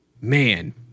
man